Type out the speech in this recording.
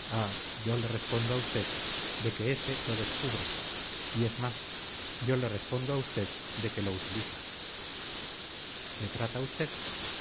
yo le respondo a usted de que ése lo descubre y es más yo le respondo a usted de que lo utiliza le trata usted